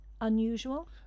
unusual